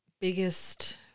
biggest